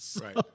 Right